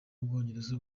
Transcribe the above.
ubwongereza